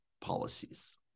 policies